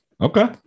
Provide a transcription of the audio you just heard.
Okay